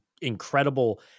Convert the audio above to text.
incredible